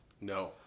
no